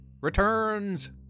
Returns